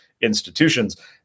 institutions